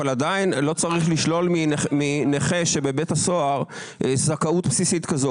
אבל עדיין לא צריך לשלול מנכה שבבית הסוהר זכאות בסיסית כזו.